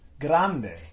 Grande